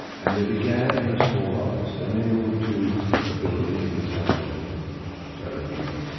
and they began in a small office, then they moved to a building in the centre of tel aviv,